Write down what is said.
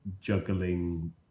juggling